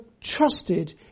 trusted